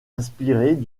inspirés